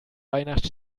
weihnacht